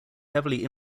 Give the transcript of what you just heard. heavily